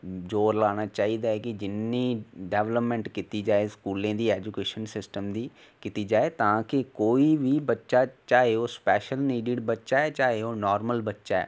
कि जोर लाना चाहिदा कि इन्नी डिवैल्पमेंट कीती जाए स्कूलें दी एजूकेशन सिस्टम दी कि तां जे कोई बी बच्चा चाहे ओह् स्पेशल नीडिड बच्चा ऐ चाहे ओह् नॉर्मल बच्चा ऐ